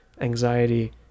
anxiety